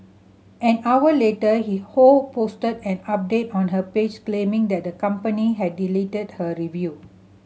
an hour later he Ho posted an update on her page claiming that the company had deleted her review